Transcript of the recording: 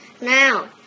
Now